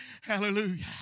Hallelujah